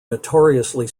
notoriously